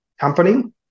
company